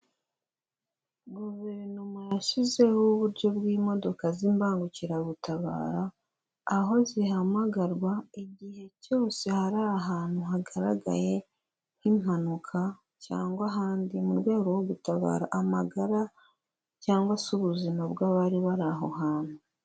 Guverinoma yashyizeho uburyo bw'imodoka z'imbangukiragutabara, aho zihamagarwa igihe cyose hari ahantu hagaragaye nk'impanuka cyangwa ahandi, mu rwego rwo gutabara amagara cyangwa se ubuzima bw'abari bari aho hantu.